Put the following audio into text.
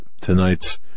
tonight's